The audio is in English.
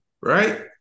Right